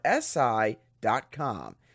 SI.com